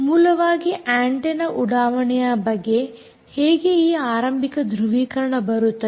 ಮೂಲವಾಗಿ ಆಂಟೆನ್ನ ಉಡಾವಣೆ ಬಗ್ಗೆ ಹೇಗೆ ಈ ಆರಂಭಿಕ ಧೃವೀಕರಣ ಬರುತ್ತದೆ